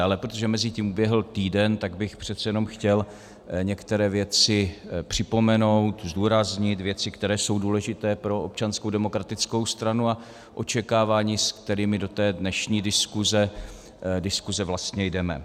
Ale protože mezitím uběhl týden, tak bych přece jenom chtěl některé věci připomenout, zdůraznit věci, které jsou důležité pro Občanskou demokratickou stranu, a očekávání, se kterými do té dnešní diskuse vlastně jdeme.